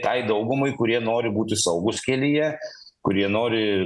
tai daugumai kurie nori būti saugūs kelyje kurie nori